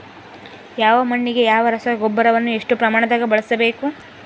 ಯಾವ ಮಣ್ಣಿಗೆ ಯಾವ ರಸಗೊಬ್ಬರವನ್ನು ಎಷ್ಟು ಪ್ರಮಾಣದಾಗ ಬಳಸ್ಬೇಕು?